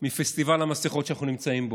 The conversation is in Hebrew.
מפסטיבל המסכות שאנחנו נמצאים בו.